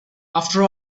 after